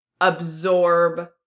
absorb